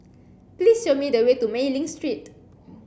please show me the way to Mei Ling Street